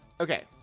Okay